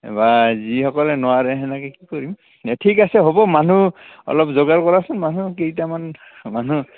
এবাৰ যিসকলে নোৱাৰে তেনেকৈ কি কৰিম ঠিক আছে হ'ব মানুহ অলপ জোগাৰ কৰাচোন মানুহ কেইটামান মানুহ